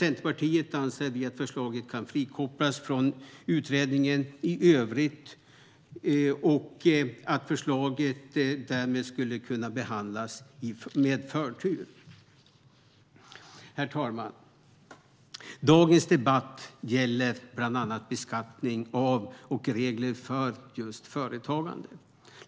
Centerpartiet anser att förslaget kan frikopplas från utredningens förslag i övrigt. Det skulle därmed kunna behandlas med förtur. Herr talman! Dagens debatt gäller bland annat beskattning av och regler för företag.